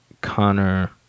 Connor